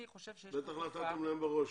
אני חושב שיש --- בטח נתתם להן על הראש,